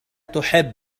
تحب